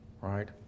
right